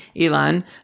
Elon